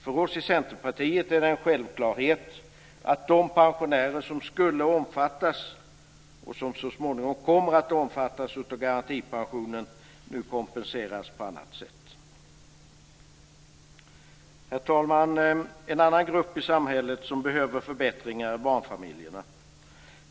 För oss i Centerpartiet är det en självklarhet att de pensionärer som skulle omfattas, och som så småningom kommer att omfattas, av garantipensionen nu kompenseras på annat sätt. Herr talman! En annan grupp i samhället som behöver förbättringar är barnfamiljerna.